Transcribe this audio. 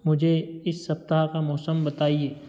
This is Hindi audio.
मुझे इस सप्ताह का मौसम बताइये